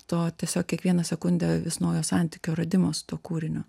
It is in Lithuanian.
to tiesiog kiekvieną sekundę vis naujo santykio radimas to kūrinio